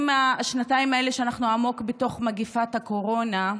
בשנתיים האלה שאנחנו עמוק בתוך מגפת הקורונה,